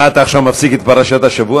מה, אתה עכשיו מפסיק את פרשת השבוע?